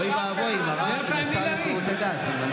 אוי ואבוי אם השר לשירותי דת ימנה.